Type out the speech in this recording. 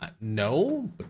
No